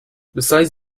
besides